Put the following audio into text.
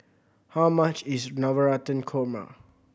how much is Navratan Korma